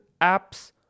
apps